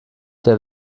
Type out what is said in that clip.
der